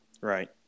Right